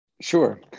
Sure